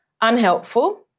unhelpful